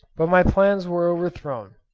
but my plans were overthrown,